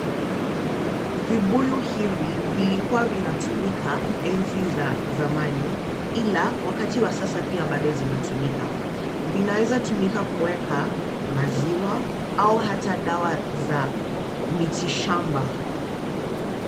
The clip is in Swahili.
Vibuyu hivi vilikua vinatumika enzi za zamani, ila wakati wa sasa pia bado zinatumika. Vinaweza tumika kuweka maziwa au hata dawa za miti shamba.